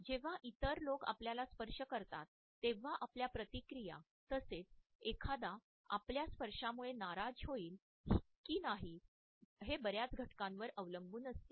जेव्हा इतर लोक आपल्याला स्पर्श करतात तेव्हा आपल्या प्रतिक्रिया तसेच एखादा आपल्या स्पर्शामुळे नाराज होईल की नाही हे बर्याच घटकांवर अवलंबून असते